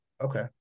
Okay